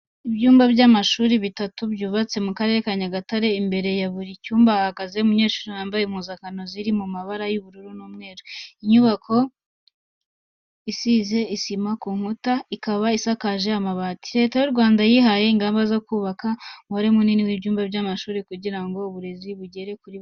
Ibyumba by'amashuri bitatu byubatse mu Karere ka Nyagatare, imbere ya buri cyumba hahagaze umunyeshuri wambaye impuzankano ziri mu mabara y'ubururu n'umweru. Inyubako isize isima ku nkuta, ikaba isakaje amabati. Leta y'u Rwanda yihaye ingamba zo kubaka umubare munini w'ibyumba by'amashuri kugira ngo uburezi bugere kuri bose.